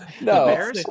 No